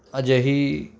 ਅਜਿਹੀ